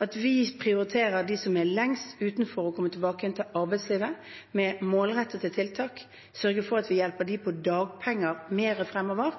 at vi prioriterer dem som er lengst utenfor og kommer tilbake igjen til arbeidslivet, med målrettede tiltak og sørger for at vi hjelper dem på dagpenger mer fremover.